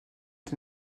des